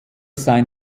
sein